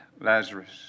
Lazarus